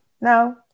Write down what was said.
No